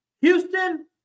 Houston